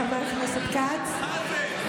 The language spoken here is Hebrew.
חבר הכנסת כץ,